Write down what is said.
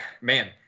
man